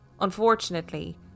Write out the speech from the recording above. Unfortunately